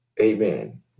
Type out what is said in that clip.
Amen